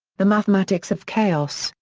the mathematics of chaos,